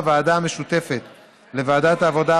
4. ועדה משותפת לוועדת העבודה,